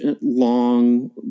long